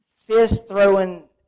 fist-throwing